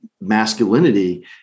masculinity